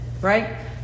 right